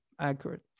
accurate